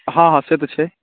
हँ हँ से तऽ छै